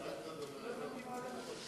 לא הבנתי מה הולך,